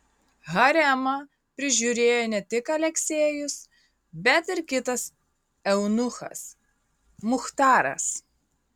haremą prižiūrėjo ne tik aleksejus bet ir kitas eunuchas muchtaras